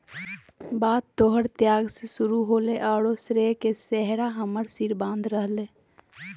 बात तोहर त्याग से शुरू होलय औरो श्रेय के सेहरा हमर सिर बांध रहलय